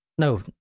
No